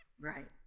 right